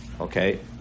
okay